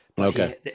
Okay